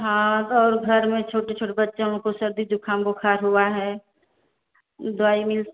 हाँ और घर में छोटे छोटे बच्चों को सर्दी जुखाम बुखार हुआ है दवाई मिल